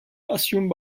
assumed